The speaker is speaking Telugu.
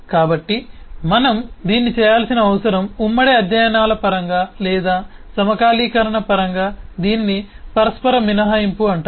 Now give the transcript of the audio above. కాబట్టి మనం దీన్ని చేయాల్సిన అవసరం ఉమ్మడి అధ్యయనాల పరంగా లేదా సమకాలీకరణ పరంగా దీనిని పరస్పర మినహాయింపు అంటారు